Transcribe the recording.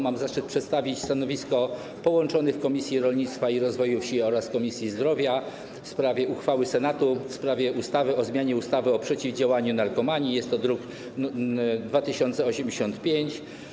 Mam zaszczyt przedstawić stanowisko połączonych Komisji: Rolnictwa i Rozwoju Wsi oraz Zdrowia wobec uchwały Senatu w sprawie ustawy o zmianie ustawy o przeciwdziałaniu narkomanii, druk nr 2085.